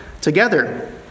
together